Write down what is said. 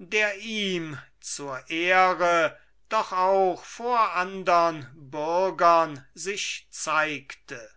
der ihm zur ehre doch auch vor andern bürgern sich zeigte